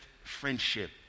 Friendship